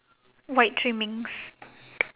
white trimmings